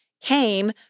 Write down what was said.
came